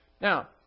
Now